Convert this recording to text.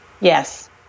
Yes